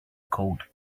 code